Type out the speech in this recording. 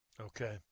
Okay